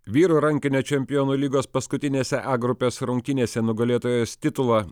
vyrų rankinio čempionų lygos paskutinėse a grupės rungtynėse nugalėtojos titulą